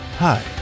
Hi